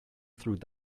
through